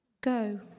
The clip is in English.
go